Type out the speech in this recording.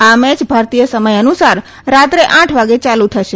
આમેચ ભારતીય સમય અનુસાર રાત્રે આઠ વાગે યાલુ થશે